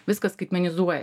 viskas skaitmenizuoja